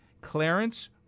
clarence